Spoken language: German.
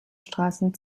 straßen